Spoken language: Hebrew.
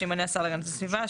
שימנה השר להגנת הסביבה,